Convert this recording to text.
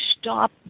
stop